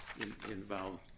involved